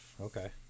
okay